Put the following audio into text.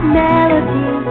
melody